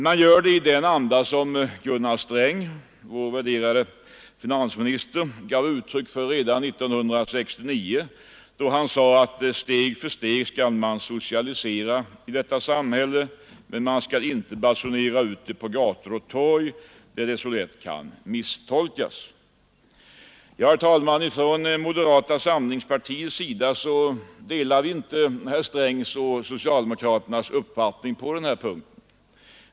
Man gör det i den anda som Gunnar Sträng — vår värderade finansminister — gav uttryck för redan 1969, då han sade att ”steg för steg skall man socialisera i detta samhälle. Men man skall inte basunera ut det på gator och torg där det så lätt kan misstolkas.” Herr talman! Från moderata samlingspartiets sida delar vi inte herr Strängs och socialdemokraternas uppfattning på denna punkt.